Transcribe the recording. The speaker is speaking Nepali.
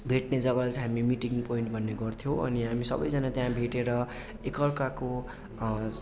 भेट्ने जग्गालाई चाहिँ हामी मिटिङ पोइन्ट भन्ने गर्थ्यौँ अनि हामी सबैजना त्यहाँ भेटेर एकअर्काको